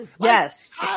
Yes